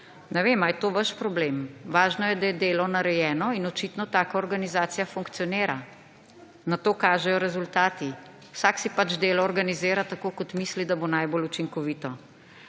Ne vem, ali je to vaš problem. Važno je, da je delo narejeno, in očitno taka organizacija funkcionira. Na to kažejo rezultati. Vsak si pač delo organizira tako, kot misli, da bo najbolj učinkovito.